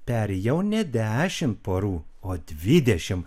peri jau ne dešimt porų o dvidešimt